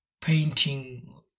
painting